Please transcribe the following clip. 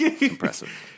Impressive